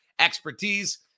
Expertise